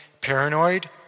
paranoid